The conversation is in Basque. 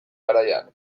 garaian